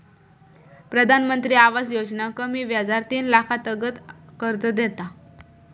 प्रधानमंत्री आवास योजना कमी व्याजार तीन लाखातागत कर्ज देता